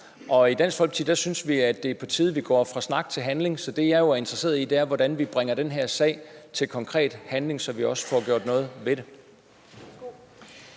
Og i Dansk Folkeparti synes vi, det er på tide, at vi går fra snak til handling. Så det, jeg er interesseret i, er jo, hvordan vi bringer den her sag til konkret handling, altså så vi også får gjort noget ved det.